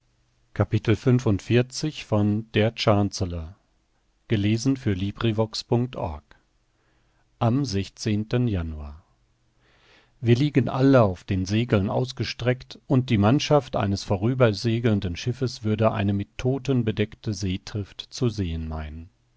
am januar wir liegen alle auf den segeln ausgestreckt und die mannschaft eines vorübersegelnden schiffes würde eine mit todten bedeckte seetrift zu sehen meinen